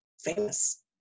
famous